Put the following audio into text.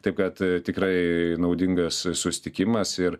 taip kad tikrai naudingas susitikimas ir